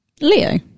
leo